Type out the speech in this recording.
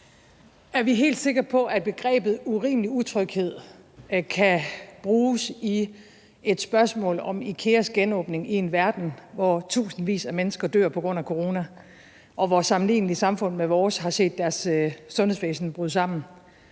Er vi helt sikre på, at begrebet urimelig utryghed kan bruges i et spørgsmål om IKEA's genåbning i en verden, hvor tusindvis af mennesker dør på grund af corona, og hvor samfund, der er sammenlignelige med vores, har set deres sundhedsvæsen bryde sammen,